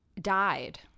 died